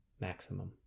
maximum